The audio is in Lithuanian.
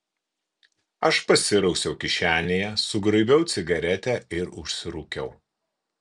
aš pasirausiau kišenėje sugraibiau cigaretę ir užsirūkiau